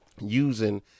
using